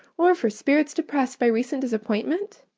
or for spirits depressed by recent disappointment?